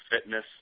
fitness